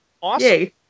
awesome